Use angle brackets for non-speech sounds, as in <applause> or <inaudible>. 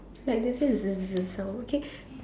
like they say <noise> sound okay